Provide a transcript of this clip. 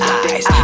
eyes